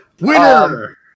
Winner